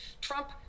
Trump